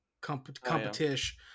competition